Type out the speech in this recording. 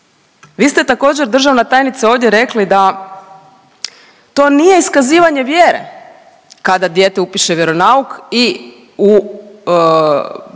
Vi ste također državna tajnice ovdje rekli da to nije iskazivanje vjere kada dijete upiše vjeronauk i u diplomi